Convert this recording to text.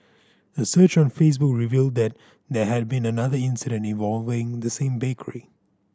a search on Facebook revealed that there had been another incident involving the same bakery